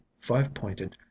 five-pointed